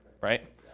right